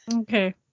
okay